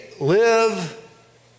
live